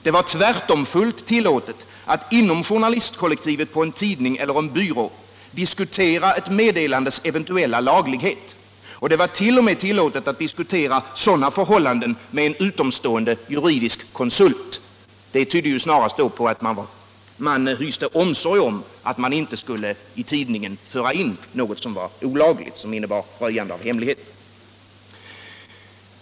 Det var tvärtom fullt tillåtet att inom journalistkollektivet på en tidning eller en byrå diskutera ett meddelandes eventuella laglighet. Det var t.o.m. tillåtet att diskutera sådana förhållanden med en utomstående juridisk konsult. Det tydde ju snarast på att man hyste omsorg om att man inte skulle i tidningen föra in något som innebar röjande av hemlighet.